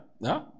no